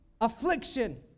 affliction